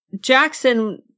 Jackson